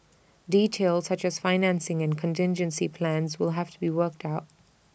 details such as financing and contingency plans will have to be worked out